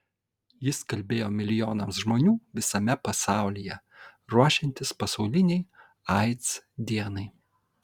jis kalbėjo milijonams žmonių visame pasaulyje ruošiantis pasaulinei aids dienai